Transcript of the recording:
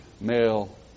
male